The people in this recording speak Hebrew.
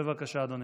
בבקשה, אדוני.